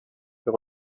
les